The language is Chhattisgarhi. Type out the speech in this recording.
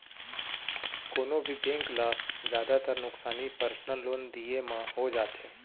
कोनों भी बेंक ल जादातर नुकसानी पर्सनल लोन दिये म हो जाथे